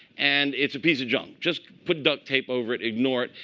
and it's a piece of junk. just put duct tape over it. ignore it.